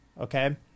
okay